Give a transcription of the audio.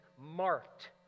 marked